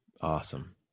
awesome